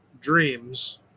dreams